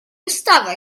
ystafell